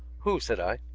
who? said i.